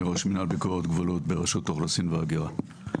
אני ראש מינהל ביקורת גבולות ברשות האוכלוסין וההגירה.